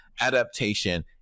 adaptation